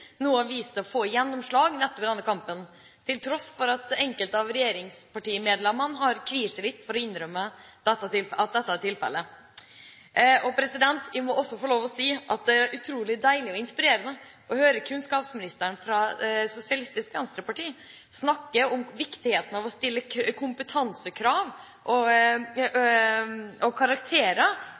å få gjennomslag nettopp i denne kampen, til tross for at enkelte regjeringspartimedlemmer har kvidd seg litt for å innrømme at dette er tilfellet. Jeg må også få lov til å si at det er utrolig deilig og inspirerende å høre kunnskapsministeren fra Sosialistisk Venstreparti snakke om viktigheten av å stille kompetansekrav og krav om karakterer